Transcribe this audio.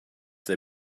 they